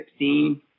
16